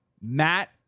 Matt